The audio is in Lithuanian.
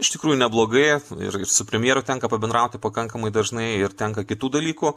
iš tikrųjų neblogai ir ir su premjeru tenka pabendrauti pakankamai dažnai ir tenka kitų dalykų